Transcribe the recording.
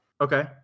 Okay